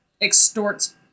extorts